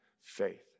faith